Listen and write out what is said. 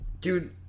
dude